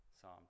Psalm